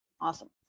Awesome